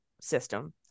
system